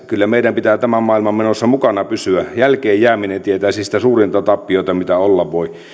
kyllä meidän pitää tämän maailman menossa mukana pysyä jälkeen jääminen tietäisi sitä suurinta tappiota mitä olla voi